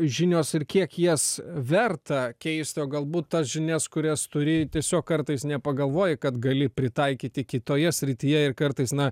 žinios ir kiek jas verta keisti galbūt tas žinias kurias turi tiesiog kartais nepagalvoji kad gali pritaikyti kitoje srityje ir kartais na